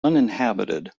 uninhabited